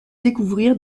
découvrir